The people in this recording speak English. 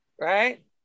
right